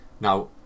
Now